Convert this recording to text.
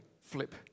flip